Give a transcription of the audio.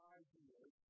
ideas